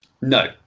no